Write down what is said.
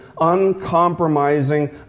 uncompromising